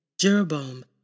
Jeroboam